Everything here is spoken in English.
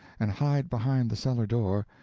and hide behind the cellar door,